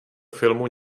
filmu